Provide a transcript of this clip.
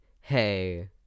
hey